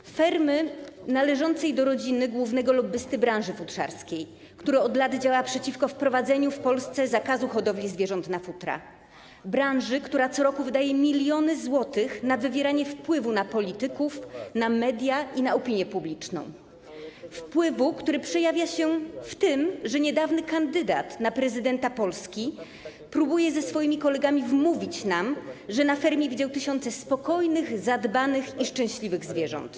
To jest ferma należąca do rodziny głównego lobbysty branży futrzarskiej, który od lat działa przeciwko wprowadzeniu w Polsce zakazu hodowli zwierząt na futra, branży, która co roku wydaje miliony złotych na wywieranie wpływu na polityków, na media i na opinię publiczną, wpływu, który przejawia się w tym, że niedawny kandydat na prezydenta Polski próbuje ze swoimi kolegami wmówić nam, że na fermie widział tysiące spokojnych, zadbanych i szczęśliwych zwierząt.